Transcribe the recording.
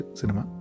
cinema